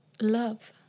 love